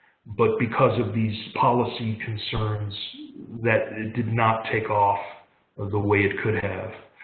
but because of these policy concerns that it did not take off the way it could have.